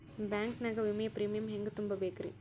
Bank ನಾಗ ವಿಮೆಯ premium ಹೆಂಗ್ ತುಂಬಾ ಬೇಕ್ರಿ?